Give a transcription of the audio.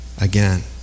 again